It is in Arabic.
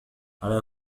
على